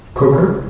cooker